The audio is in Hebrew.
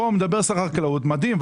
פה מדבר שר החקלאות מדהים.